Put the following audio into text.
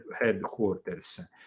headquarters